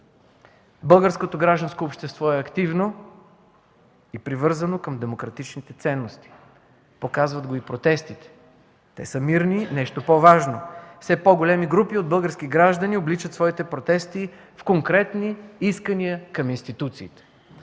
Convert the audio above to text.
Българското гражданско общество е активно и привързано към демократичните ценности. Показват го и протестите – те са мирни. Нещо по-важно, все по-големи групи от български граждани обличат своите протести в конкретни искания към институциите.